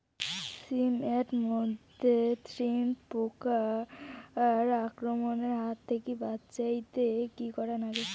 শিম এট মধ্যে থ্রিপ্স পোকার আক্রমণের হাত থাকি বাঁচাইতে কি করা লাগে?